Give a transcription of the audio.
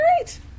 great